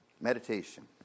Meditation